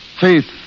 Faith